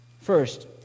First